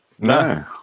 No